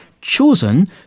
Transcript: chosen